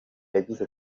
yagize